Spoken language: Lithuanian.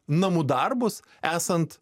namų darbus esant